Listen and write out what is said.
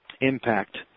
impact